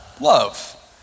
Love